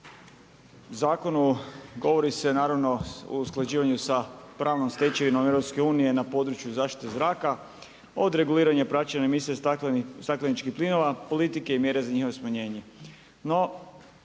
zakonu govori se naravno o usklađivanju sa pravnom stečevinom EU na području zaštite zraka od reguliranja i praćenja emisija stakleničkih plinova, politike i mjere za njihovo smanjenje.